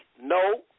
No